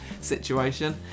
situation